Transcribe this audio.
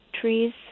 trees